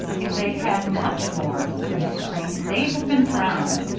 if they'd had much more, said mrs. crane, they'd have been drowned.